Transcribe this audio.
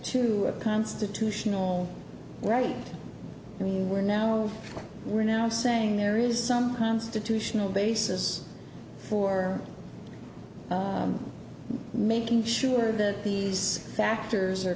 a constitutional right i mean we're now we're now saying there is some constitutional basis for making sure that these factors are